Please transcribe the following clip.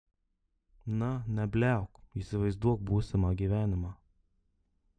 na nebliauk įsivaizduok būsimą gyvenimą